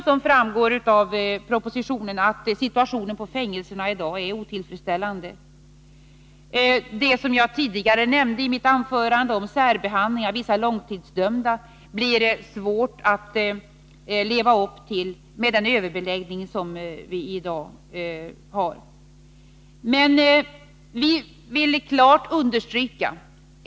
Som framgår av propositionen är det ett faktum att situationen på fängelserna i dag är otillfredsställande. Det som jag tidigare nämnde i mitt anförande av särbehandling av vissa långtidsdömda blir det svårt att leva upp till med den överbeläggning som vi i dag har.